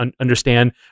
understand